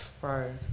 bro